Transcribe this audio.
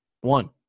one